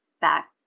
back